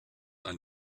ein